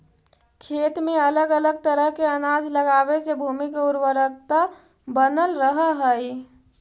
खेत में अलग अलग तरह के अनाज लगावे से भूमि के उर्वरकता बनल रहऽ हइ